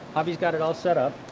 javi's got it all set up